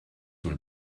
will